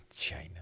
China